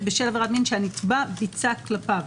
בשל עבירת מין שהנתבע ביצע כלפיו".